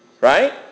Right